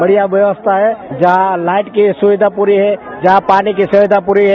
बढिया व्यवस्था है यहां लाइट की सुविधा पुरी है यहां पानी की सुविधा पूरी है